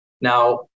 Now